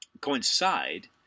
coincide